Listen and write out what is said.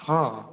ହଁ